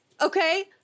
Okay